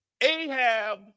Ahab